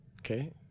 Okay